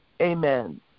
Amen